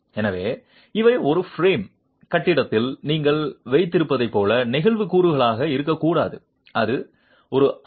எனவே இவை ஒரு பிரேம் கட்டிடத்தில் நீங்கள் வைத்திருப்பதைப் போல நெகிழ்வு கூறுகளாக இருக்கக்கூடாது ஒரு ஆர்